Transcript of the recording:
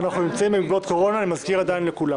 אני מזכיר לכולם